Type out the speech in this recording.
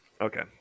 okay